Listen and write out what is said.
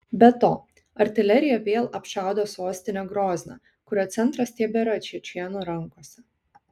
be to artilerija vėl apšaudė sostinę grozną kurio centras tebėra čečėnų rankose